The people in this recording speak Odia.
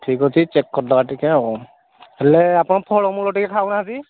ଠିକ୍ ଅଛି ଚେକ୍ କରିଦବା ଟିକେ ଆଉ ହେଲେ ଆପଣ ଫଳମୂଳ ଟିକେ ଖାଉନାହାନ୍ତି